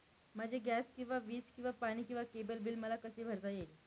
माझे गॅस किंवा वीज किंवा पाणी किंवा केबल बिल मला कसे भरता येईल?